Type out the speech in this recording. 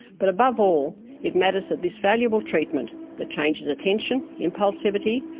but above all it matters that this valuable treatment that changes attention, impulsivity,